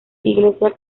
iglesia